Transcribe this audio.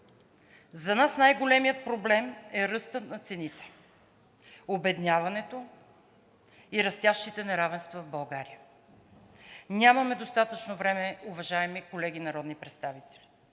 За нас най-големият проблем е ръстът на цените, обедняването и растящите неравенства в България. Нямаме достатъчно време, уважаеми колеги народни представители!